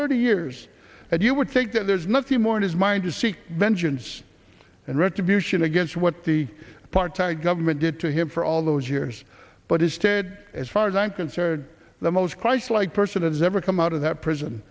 thirty years and you would think that there's nothing more it is mind to seek vengeance and retribution against what the apartheid government did to him for all those years but instead as far as i'm concerned the most christ like person has ever come out of that prison